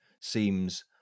seems